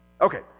Okay